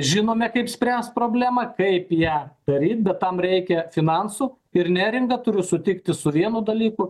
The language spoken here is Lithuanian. žinome kaip spręst problemą kaip ją daryt bet tam reikia finansų ir neringa turi sutikti su vienu dalyku